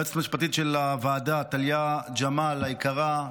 ליועצת המשפטית של הוועדה טליה ג'מאל היקרה,